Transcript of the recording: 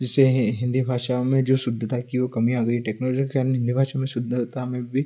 जैसे हिन्दी भाषा में जो शुद्धता की वो कमियाँ अगर यह टेक्नोलॉजी के आने हिन्दी भाषा में शुद्धता में भी